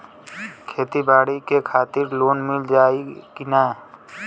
खेती बाडी के खातिर लोन मिल जाई किना?